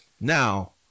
Now